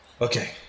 Okay